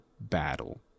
battle